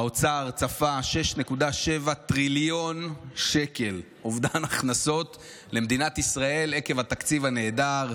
האוצר צפה 6.7 טריליון שקל אובדן הכנסות למדינת ישראל עקב התקציב הנהדר.